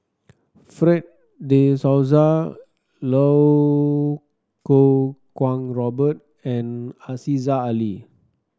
Fred De Souza Lau Kuo Kwong Robert and Aziza Ali